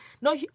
No